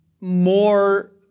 more